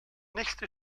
nächste